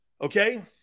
Okay